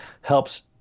helps